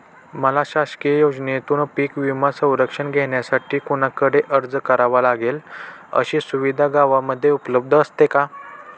मला शासकीय योजनेतून पीक विमा संरक्षण घेण्यासाठी कुणाकडे अर्ज करावा लागेल? अशी सुविधा गावामध्ये उपलब्ध असते का?